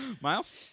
Miles